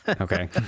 Okay